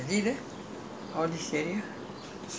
ya that area undeveloped [what] last time